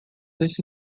esse